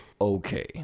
okay